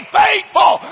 faithful